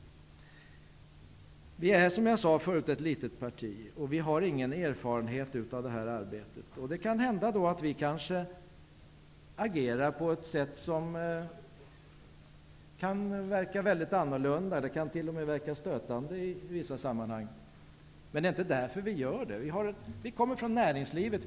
Ny demokrati är, som jag sade förut, ett litet parti, och vi har ingen erfarenhet av riksdagsarbetet. Det kan hända att vi agerar på ett sätt som kan verka väldigt annorlunda, t.o.m. stötande i vissa sammanhang, men det är inte därför vi gör det. Vi kommer från näringslivet.